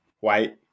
white